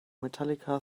metallica